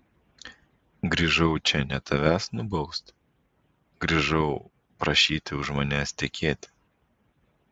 grįžau čia ne tavęs nubausti grįžau prašyti už manęs tekėti